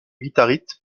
guitariste